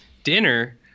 Dinner